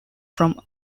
from